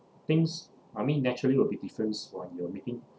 things I mean naturally will be different when you're meeting